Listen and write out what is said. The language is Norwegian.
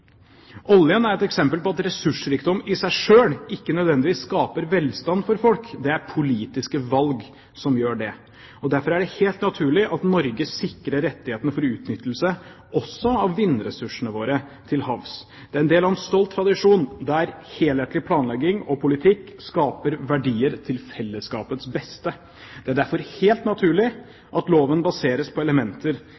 Oljen er et eksempel på at ressursrikdom i seg selv ikke nødvendigvis skaper velstand for folk – det er politiske valg som gjør det. Derfor er det helt naturlig at Norge sikrer rettighetene for utnyttelse også av vindressursene våre til havs. Det er en del av en stolt tradisjon, der helhetlig planlegging og politikk skaper verdier til fellesskapets beste. Det er derfor helt naturlig